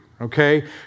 okay